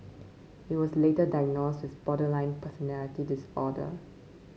he was later diagnosed with borderline personality disorder